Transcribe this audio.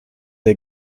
der